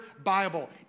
Bible